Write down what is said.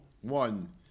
One